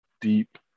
deep